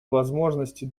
возможности